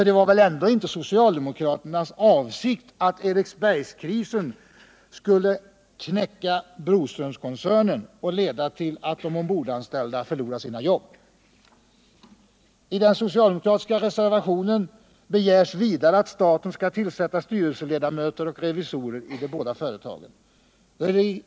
Det var väl ändå inte socialdemokraternas avsikt att Eriksbergskrisen skulle knäcka Broströmskoncernen och leda till att de ombordanställda förlorar sina jobb? I den socialdemokratiska reservationen begärs vidare att staten skall tillsätta styrelseledamöter och revisorer i de båda företagen.